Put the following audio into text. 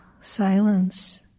silence